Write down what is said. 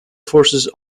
forces